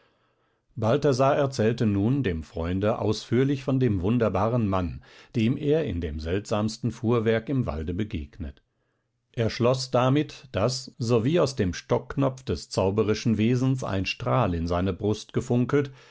balthasar erzählte nun dem freunde ausführlich von dem wunderbaren mann dem er in dem seltsamsten fuhrwerk im walde begegnet er schloß damit daß sowie aus dem stockknopf des zauberischen wesens ein strahl in seine brust gefunkelt